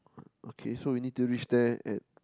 okay so we need to reach there at